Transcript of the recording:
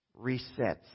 resets